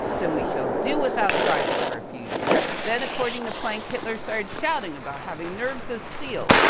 then we shall do without science for a few years. then, according to planck, hitler started shouting about having nerves of steel.